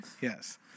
Yes